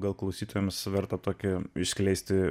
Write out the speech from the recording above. gal klausytojams verta tokią išskleisti